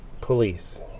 police